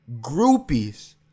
Groupies